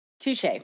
Touche